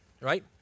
right